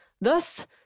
Thus